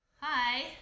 Hi